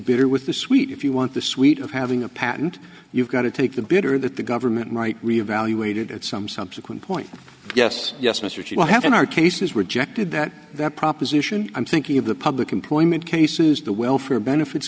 bitter with the sweet if you want the sweet of having a patent you've got to take the bitter that the government right reevaluated at some subsequent point yes yes mr t will have in our cases rejected that that proposition i'm thinking of the public employment cases the welfare benefits